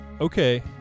okay